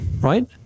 Right